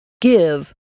give